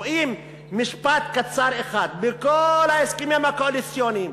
רואים משפט קצר אחד בכל ההסכמים הקואליציוניים.